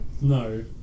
no